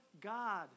God